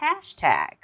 hashtag